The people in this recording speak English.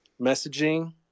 messaging